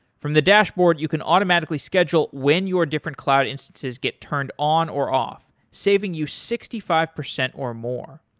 from the dashboard, you can automatically schedule when your different cloud instances get turned on or off, saving you sixty five percent or more.